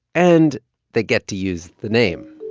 and they get to use the name,